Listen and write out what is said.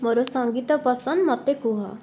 ମୋର ସଙ୍ଗୀତ ପସନ୍ଦ ମୋତେ କୁହ